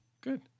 good